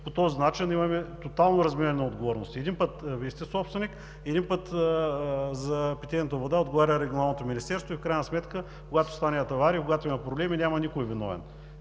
по този начин имаме тотално разменена отговорност? Един път Вие сте собственик, един път за питейната вода отговаря Регионалното министерство и в крайна сметка, когато станат аварии, когато има проблеми, няма никой виновен.